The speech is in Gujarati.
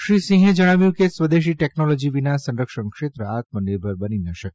શ્રી સિંહે જણાવ્યું કે સ્વદેશી ટેકનોલોજી વિના સંરક્ષણક્ષેત્ર આત્મનિર્ભર બની ન શકે